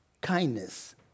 kindness